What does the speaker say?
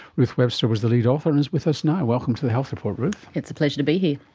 ruth webster was the lead author and is with us now. welcome to the health report, ruth. it's a pleasure to be here.